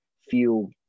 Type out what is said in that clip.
feel